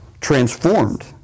transformed